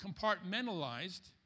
compartmentalized